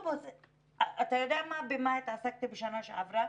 אתה יודע במה התעסקתי בשנה שעברה?